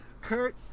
Kurt